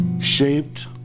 Shaped